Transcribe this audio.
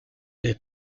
les